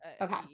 okay